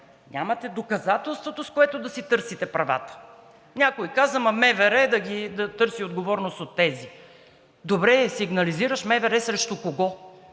нямате доказателството, с което да си търсите правата. Някой каза МВР да търси отговорност от тези. Добре, сигнализираш МВР срещу кого?